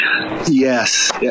Yes